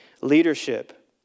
Leadership